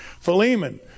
Philemon